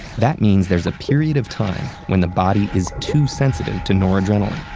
that means there's a period of time when the body is too sensitive to noradrenaline.